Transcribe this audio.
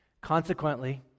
Consequently